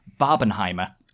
Barbenheimer